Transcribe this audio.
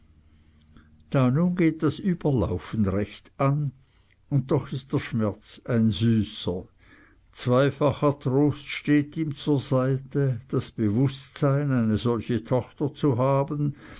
nun geht das überlaufen recht an und doch ist der schmerz ein süßer zweifacher trost steht ihm zur seite das bewußtsein eine solche tochter zu haben